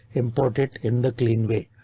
import it in the clean way.